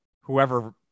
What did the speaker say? whoever